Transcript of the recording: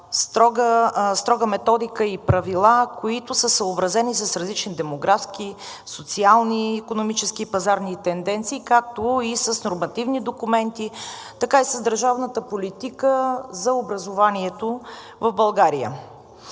строга методика и правила, които са съобразени с различни демографски, социални, икономически и пазарни тенденции, както и с нормативни документи и с държавната политика за образованието в България,